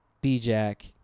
B-Jack